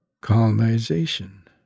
colonization